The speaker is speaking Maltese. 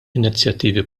inizjattivi